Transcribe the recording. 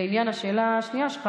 לעניין השאלה השנייה שלך,